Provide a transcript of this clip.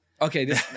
okay